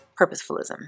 Purposefulism